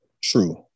true